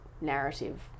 narrative